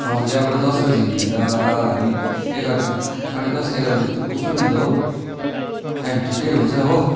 हजुर यहाँबाट दसबजे हिँड्यो भने त हामी एघारबजे साढे दस एघारबजे त पुग्छौँ नि त हो टाइम ठिकै हुन्छ हो